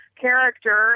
character